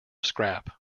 scrap